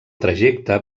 trajecte